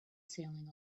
sailing